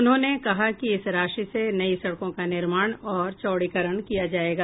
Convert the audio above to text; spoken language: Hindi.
उन्होंने कहा कि इस राशि से नयी सड़कों का निर्माण और चौड़ीकरण किया जायेगा